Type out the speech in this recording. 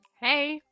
hey